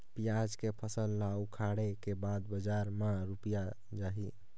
पियाज के फसल ला उखाड़े के बाद बजार मा रुपिया जाही?